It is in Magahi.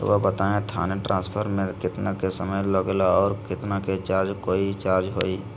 रहुआ बताएं थाने ट्रांसफर में कितना के समय लेगेला और कितना के चार्ज कोई चार्ज होई?